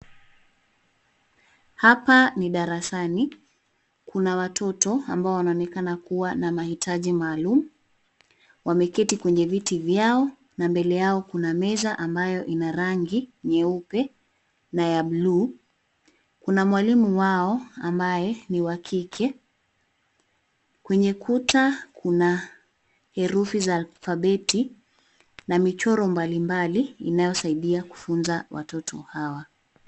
Hapa ni darasani. Kuna watoto ambao wanaonekana kuwa na mahitaji maalum. Wameketi kwenye viti vyao na mbele yao kuna meza ambayo ina rangi nyeupe na ya bluu. Kuna mwalimu wao ambaye ni wa kike. Kwenye kuta kuna herufi za alfabeti na michoro mbalimbali inayosaidia kufunza watoto hawa.